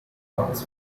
bows